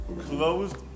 closed